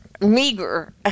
meager